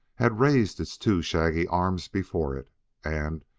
had raised its two shaggy arms before it and,